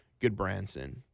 Goodbranson